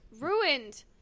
Ruined